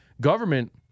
Government